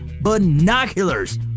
Binoculars